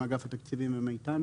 מאגף התקציבים ומאיתנו,